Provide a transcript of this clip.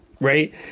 right